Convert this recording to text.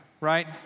right